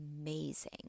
amazing